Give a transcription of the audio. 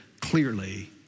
clearly